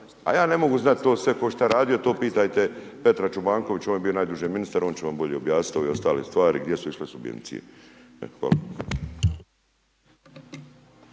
A ja ne mogu znati to sve tko je šta radio, to pitajte Petra Čobankovića, on je bio najduže ministar, on će vam bolje objasniti ove ostale stvari gdje su išle subvencije. Evo,